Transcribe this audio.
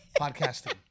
podcasting